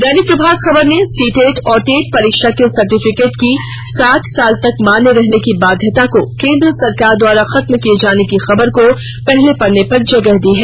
दैनिक प्रभात खबर ने सीटेट और टेट परीक्षा के सर्टिफिकेट की सात साल तक मान्य रहने की बाध्यता को केंद्र सरकार द्वारा खत्म किए जाने की खबर को पहले पन्ने पर जगह दी है